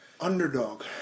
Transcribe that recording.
Underdog